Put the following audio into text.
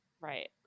right